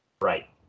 Right